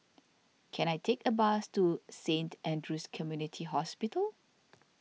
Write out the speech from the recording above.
can I take a bus to Saint andrew's Community Hospital